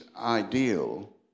ideal